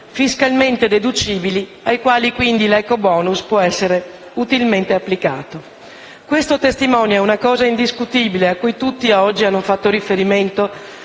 fiscalmente deducibili, ai quali quindi l'ecobonus può essere utilmente applicato. Questo testimonia una cosa indiscutibile, a cui tutti oggi hanno fatto riferimento